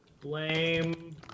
blame